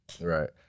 Right